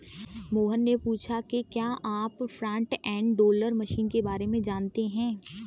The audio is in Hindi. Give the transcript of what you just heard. मोहन ने पूछा कि क्या आप फ्रंट एंड लोडर मशीन के बारे में जानते हैं?